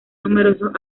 numerosos